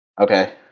Okay